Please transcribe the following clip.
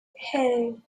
hey